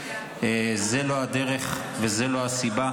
זו לא הדרך וזו לא הסיבה.